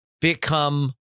become